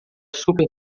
super